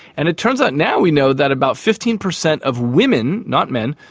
and it turns out now we know that about fifteen percent of women, not men,